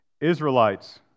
Israelites